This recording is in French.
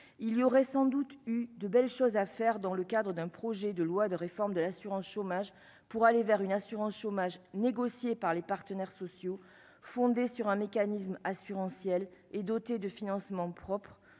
il y aurait sans doute eu de belles choses à faire dans le cadre d'un projet de loi de réforme de l'assurance chômage pour aller vers une assurance chômage négociée par les partenaires sociaux, fondé sur un mécanisme assurantiel et dotée de financements propres